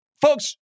Folks